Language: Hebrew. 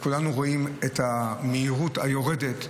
וכולנו רואים את המהירות היורדת,